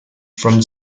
from